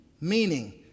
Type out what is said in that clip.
Meaning